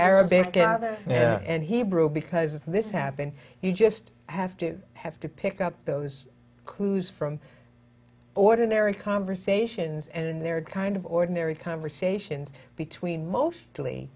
arabic and hebrew because this happened you just have to have to pick up those clues from ordinary conversations and they're kind of ordinary conversations between mostly